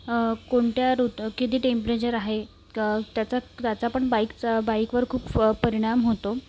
कोणत्या ऋतू किती टेंपरेचर आहे त्याचा त्याचापण बाईकचा बाईकवर खूप परिणाम होतो